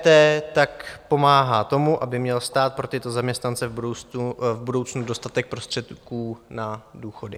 EET tak pomáhá tomu, aby měl stát pro tyto zaměstnance v budoucnu dostatek prostředků na důchody.